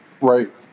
Right